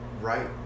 right